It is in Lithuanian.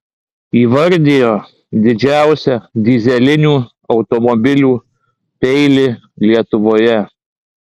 įvardijo didžiausią dyzelinių automobilių peilį lietuvoje